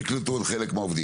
נכון?